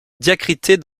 diacritée